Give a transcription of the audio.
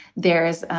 there is.